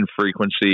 frequency